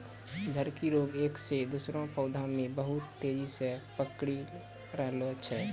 झड़की रोग एक से दुसरो पौधा मे बहुत तेजी से पकड़ी रहलो छै